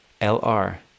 L-R